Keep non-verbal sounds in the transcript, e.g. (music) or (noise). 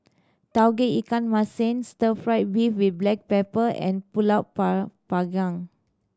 Tauge Ikan Masin Stir Fry beef with black pepper and pulut (unintelligible) panggang